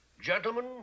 Gentlemen